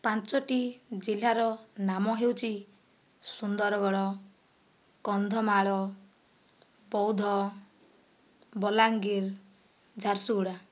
ପାଞ୍ଚଟି ଜିଲ୍ଲାର ନାମ ହେଉଛି ସୁନ୍ଦରଗଡ଼ କନ୍ଧମାଳ ବୌଦ୍ଧ ବଲାଙ୍ଗୀର ଝାରସୁଗୁଡ଼ା